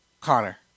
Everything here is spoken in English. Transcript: Connor